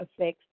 affects